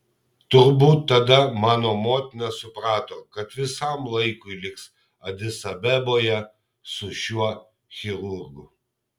turbūt tada mano motina suprato kad visam laikui liks adis abeboje su šiuo chirurgu